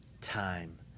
time